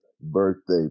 Birthday